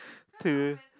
to